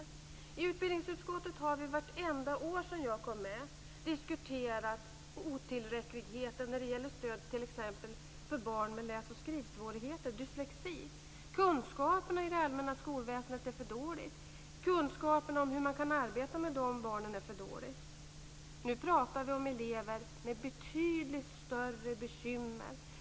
I utbildningsutskottet har vi vartenda år sedan jag kom med diskuterat otillräckligheten när det gäller stöd för t.ex. barn med läs och skrivsvårigheter, dyslexi. Kunskapen i det allmänna skolväsendet är för dålig och kunskapen om hur man kan arbeta med de här barnen är för dålig. Nu talar vi om elever med betydligt större bekymmer.